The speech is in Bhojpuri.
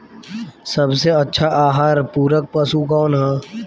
सबसे अच्छा आहार पूरक पशु कौन ह?